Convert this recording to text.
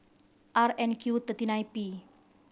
R N Q thirty nine P